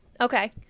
Okay